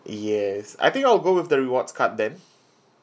yes I think I'll go with the rewards card then